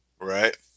right